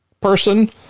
person